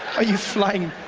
are you flying?